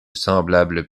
semblables